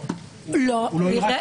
הוא לא יירש.